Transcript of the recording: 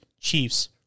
Chiefs